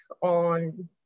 on